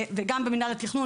וגם מינהל התכנון.